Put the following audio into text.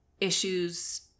issues